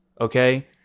okay